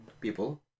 people